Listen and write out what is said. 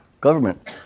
government